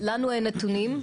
לנו אין נתונים.